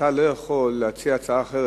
אתה לא יכול להציע הצעה אחרת,